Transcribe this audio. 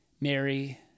Mary